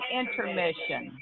intermission